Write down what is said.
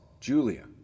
Julia